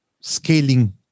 scaling